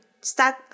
start